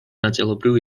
ნაწილობრივ